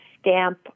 stamp